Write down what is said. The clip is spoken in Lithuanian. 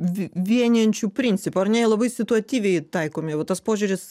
v vienijančių principų ar nelabai situatyviai taikomi va tas požiūris